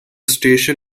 station